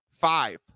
five